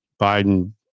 biden